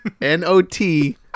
n-o-t